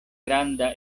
granda